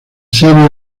serie